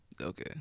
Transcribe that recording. Okay